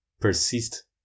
persist